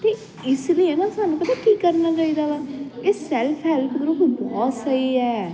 ਤੇ ਇਸ ਲਈ ਨਾ ਕੀ ਸਾਨੂੰ ਪਤਾ ਕੀ ਕਰਨਾ ਚਾਹੀਦਾ ਵਾ ਇਸ ਸੈਲਫ ਹੈਲਪ ਗਰੁੱਪ ਬਹੁਤ ਸਹੀ ਐ